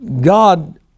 God